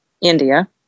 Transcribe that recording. India